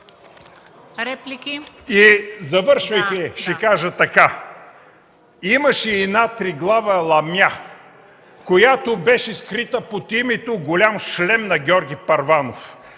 Завършвайки, ще кажа така. Имаше една триглава ламя, която беше скрита под името Голям шлем на Георги Първанов.